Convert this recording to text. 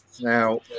Now